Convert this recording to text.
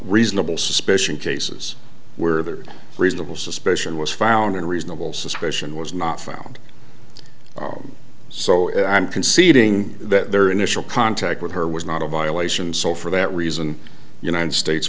reasonable suspicion cases where there's reasonable suspicion was found and reasonable suspicion was not found so i'm conceding that their initial contact with her was not a violation so for that reason united states